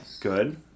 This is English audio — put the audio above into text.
good